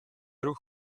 ruch